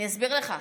אני אסביר לך,